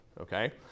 Okay